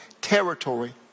territory